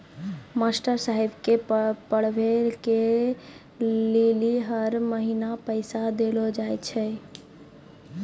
master साहेब के पढ़बै के लेली हर महीना पैसा देलो जाय छै